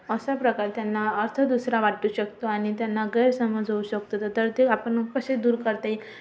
असा प्रकार त्यांना अर्थ दुसरा वाटू शकतो आणि त्यांना गैरसमज होऊ शकतो तर ते आपण कसे दूर करता येईल